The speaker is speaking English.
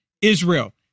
Israel